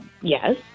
yes